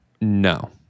No